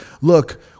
look